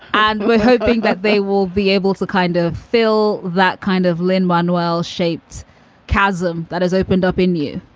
and we're hoping that they will be able to kind of fill that kind of lin manuel shaped chasm that has opened up in you.